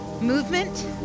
movement